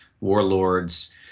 warlords